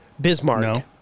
Bismarck